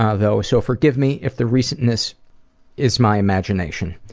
ah though, so forgive me if the recentness is my imagination.